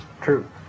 true